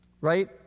right